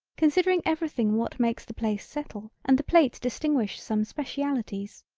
considering everything what makes the place settle and the plate distinguish some specialties.